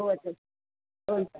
हजुर हुन्छ